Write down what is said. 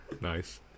Nice